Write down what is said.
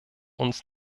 uns